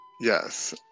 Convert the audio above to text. Yes